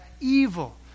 evil